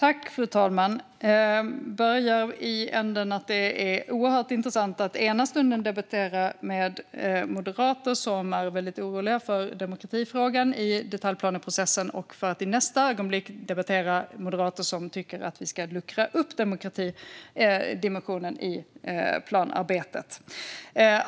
Fru talman! Jag börjar i änden att det är oerhört intressant att i ena stunden debattera med moderater som är oroliga för demokratifrågan i detaljplaneprocessen för att i nästa stund debattera med moderater som tycker att vi ska luckra upp demokratidimensionen i planarbetet.